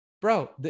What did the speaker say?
bro